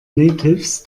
natives